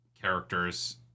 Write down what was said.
characters